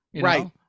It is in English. Right